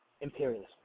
imperialism